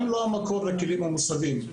הם לא המקור לכלים המוסבים.